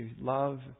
Love